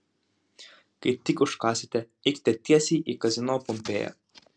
kai tik užkąsite eikite tiesiai į kazino pompėja